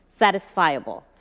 satisfiable